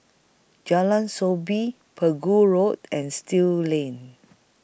Jalan Soo Bee Pegu Road and Still Lane